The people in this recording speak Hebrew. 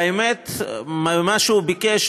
והאמת, מה שהוא ביקש,